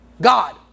God